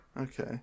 Okay